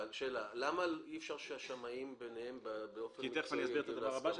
למה אי אפשר שהשמאים ביניהם בדוח המקצועי